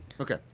Okay